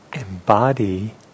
embody